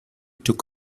took